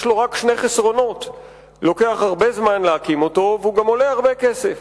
יש לו רק שני חסרונות: לוקח הרבה זמן להקים אותו והוא גם עולה הרבה כסף,